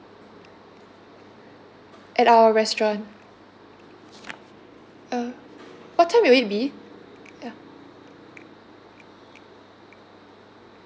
at our restaurant ah what time will it be ya